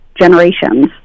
generations